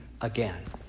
again